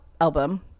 album